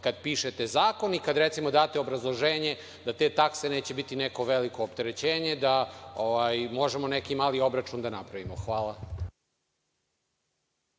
kad pišete zakon i kad date obrazloženje da te takse neće biti neko veliko opterećenje, da bismo mogli neki mali obračun da napravimo. Hvala.